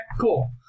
cool